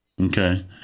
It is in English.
Okay